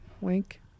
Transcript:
wink